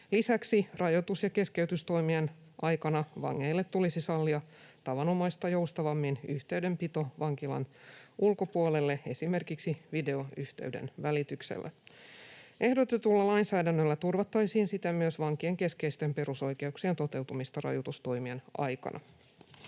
Lisäksi rajoitus- ja keskeytystoimien aikana vangeille tulisi sallia tavanomaista joustavammin yhteydenpito vankilan ulkopuolelle esimerkiksi videoyhteyden välityksellä. Ehdotetulla lainsäädännöllä turvattaisiin siten myös vankien keskeisten perusoikeuksien toteutumista rajoitustoimien aikana.